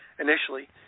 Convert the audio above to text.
initially